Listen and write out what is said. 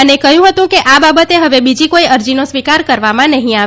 અને કહ્યું હતું કે આ બાબતે હવે બીજી કોઇ અરજીનો સ્વીકાર કરવામાં નહીં આવે